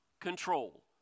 control